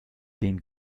den